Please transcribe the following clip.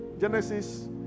Genesis